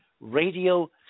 radio